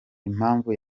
impamvu